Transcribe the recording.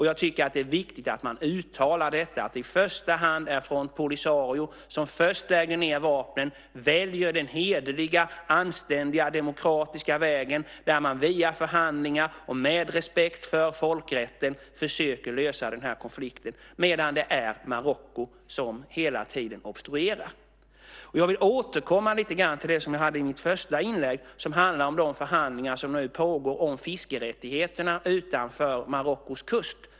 Jag tycker att det är viktigt att man uttalar att i första hand är det Polisario som lägger ned vapnen, väljer den hederliga, anständiga och demokratiska vägen, där man via förhandlingar och med respekt för folkrätten försöker lösa den här konflikten, medan det är Marocko som hela tiden obstruerar. Jag vill återkomma lite grann till det jag tog upp i mitt första inlägg och som handlar om de förhandlingar som pågår om fiskerättigheterna utanför Marockos kust.